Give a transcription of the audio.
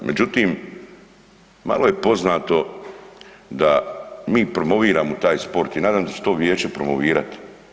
Međutim, malo je poznato da mi promoviramo taj sport i na dam se da će to vijeće promovirati.